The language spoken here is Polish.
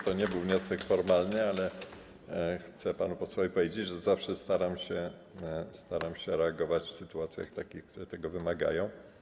To nie był wniosek formalny, ale chcę panu posłowi powiedzieć, że zawsze staram się reagować w sytuacjach, które tego wymagają.